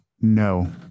No